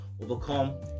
overcome